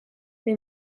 les